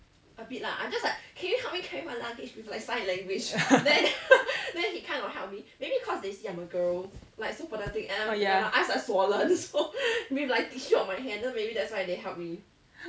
ya